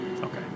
Okay